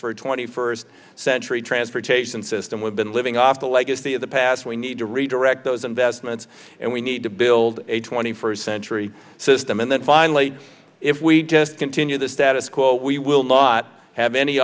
a twenty first century transportation system we've been living off the legacy of the past we need to redirect those investments and we need to build a twenty first century system and then finally if we continue the status quo we will know not have any